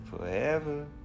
forever